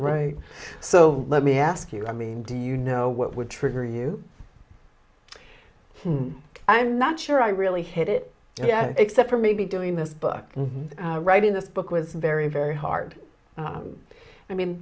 right so let me ask you i mean do you know what would trigger you i'm not sure i really hit it yeah except for maybe doing this book and writing this book was very very hard i mean